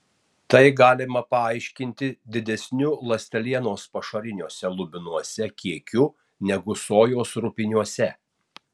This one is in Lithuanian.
tai galima paaiškinti didesniu ląstelienos pašariniuose lubinuose kiekiu negu sojos rupiniuose